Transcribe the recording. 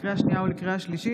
לקריאה שנייה ולקריאה שלישית,